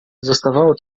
zostawało